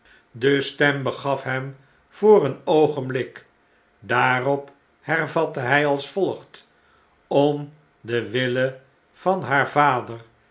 de stem begaf hem voor een oogenblik daarop hervatte hij als volgt om den wille van haar vader